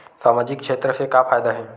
सामजिक क्षेत्र से का फ़ायदा हे?